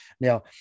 now